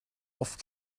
auf